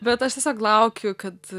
bet aš tiesiog laukiu kad